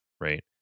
right